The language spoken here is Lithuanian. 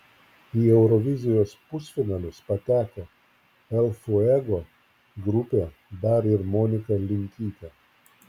į eurovizijos pusfinalius pateko el fuego grupė dar ir monika linkytė